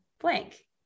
blank